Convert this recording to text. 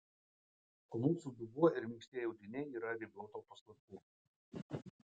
o mūsų dubuo ir minkštieji audiniai yra riboto paslankumo